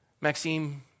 Maxime